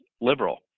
liberal